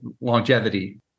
longevity